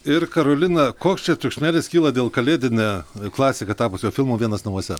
ir karolina koks čia triukšmelis kyla dėl kalėdine klasika tapusio filmo vienas namuose